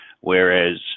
Whereas